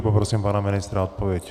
Poprosím pana ministra o odpověď.